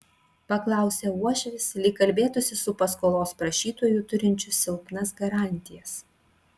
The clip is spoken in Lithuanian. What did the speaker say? paklausė uošvis lyg kalbėtųsi su paskolos prašytoju turinčiu silpnas garantijas